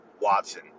Watson